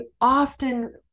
often